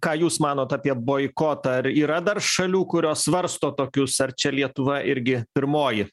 ką jūs manot apie boikotą ar yra dar šalių kurios svarsto tokius ar čia lietuva irgi pirmoji